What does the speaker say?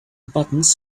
buttons